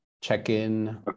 check-in